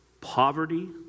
poverty